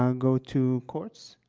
um go to courts?